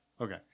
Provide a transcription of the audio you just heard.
Okay